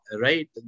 right